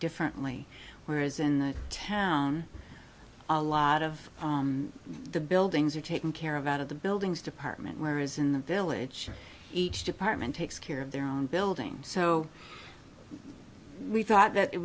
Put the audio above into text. differently whereas in the town a lot of the buildings are taken care of out of the buildings department where as in the village each department takes care of their own building so we thought that it